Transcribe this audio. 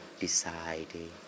Decided